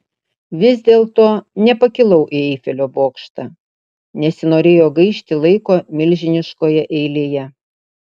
vis dėlto nepakilau į eifelio bokštą nesinorėjo gaišti laiko milžiniškoje eilėje